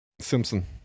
Simpson